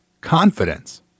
Confidence